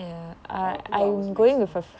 oh two hours maximum